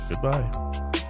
goodbye